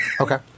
Okay